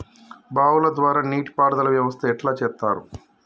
బావుల ద్వారా నీటి పారుదల వ్యవస్థ ఎట్లా చేత్తరు?